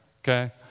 okay